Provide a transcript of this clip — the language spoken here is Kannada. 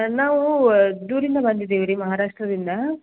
ನಾವು ದೂರ್ದಿಂದ ಬಂದಿದೀವಿ ರೀ ಮಹಾರಾಷ್ಟ್ರದಿಂದ